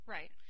Right